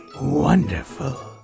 wonderful